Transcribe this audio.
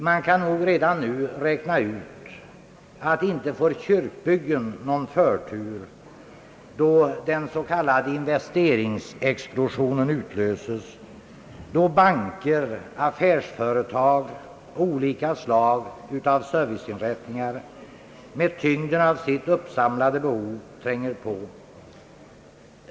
Man kan nog redan nu räkna ut att kyrkbyggen inte får någon förtur, när den s.k. investeringsexplosionen utlöses, då banker, affärsföretag och olika slag av serviceinrättningar med tyngden av sitt uppsamlade behov tränger på.